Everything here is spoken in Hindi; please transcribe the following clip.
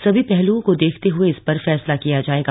सभी पहल्ओं को देखते हए ही इस पर फैसला किया जायेगा